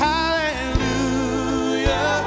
Hallelujah